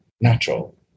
natural